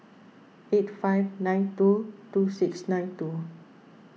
eight five nine two two six nine two